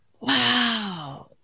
Wow